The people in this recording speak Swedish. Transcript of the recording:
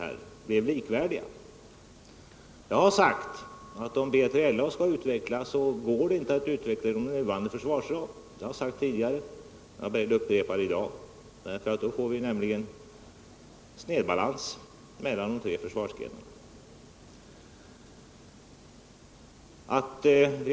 Jag har tidigare sagt att om B3LA skall utvecklas, är detta inte möjligt att genomföra inom nuvarande försvarsram. Jag kan upprepa detta i dag. Om så sker, får vi en snedbalans mellan de tre försvarsgrenarna.